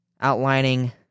outlining